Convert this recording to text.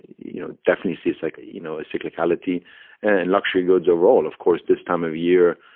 you know, definitely see cycle, you know, ah cyclicality and luxury goods overall, of course, this time of year.